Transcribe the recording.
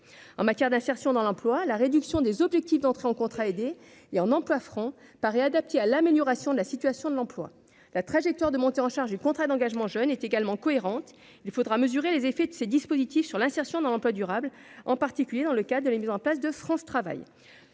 en matière d'insertion dans l'emploi, la réduction des objectifs d'entrées en contrat aidé et en emplois francs paraît adapté à l'amélioration de la situation de l'emploi, la trajectoire de montée en charge du contrat d'engagement jeune est également cohérente, il faudra mesurer les effets de ces dispositifs sur l'insertion dans l'emploi durable en particulier dans le cas de la mise en place de France travaille